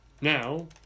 Now